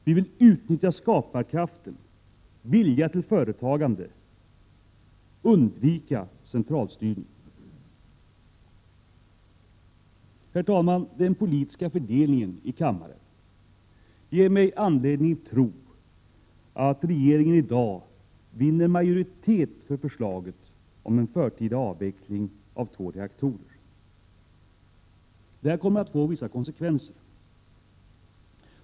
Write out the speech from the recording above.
Vi vill utnyttja skaparkraften, viljan till företagande, och undvika centralstyrning. Herr talman! Den politiska fördelningen i kammaren ger mig anledning tro att regeringen i dag vinner majoritet för förslaget om en förtida avveckling av två reaktorer. Detta kommer att få konsekvenser.